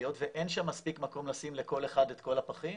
היות ואין שם מספיק מקום לשים לכל אחד את כל הפחים,